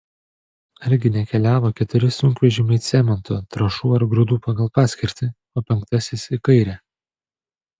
argi nekeliavo keturi sunkvežimiai cemento trąšų ar grūdų pagal paskirtį o penktasis į kairę